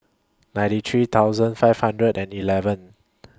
ninety three thousand five hundred and eleven